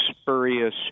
spurious